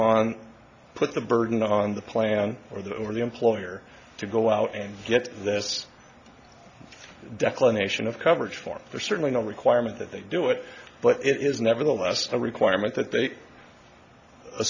on put the burden on the plan or the or the employer to go out and get this declaration of coverage for their certainly no requirement that they do it but it is nevertheless a requirement that they